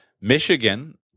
Michigan –